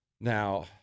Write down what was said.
Now